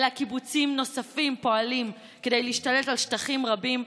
אלא קיבוצים נוספים פועלים כדי להשתלט על שטחים רבים,